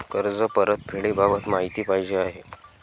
कर्ज परतफेडीबाबत माहिती पाहिजे आहे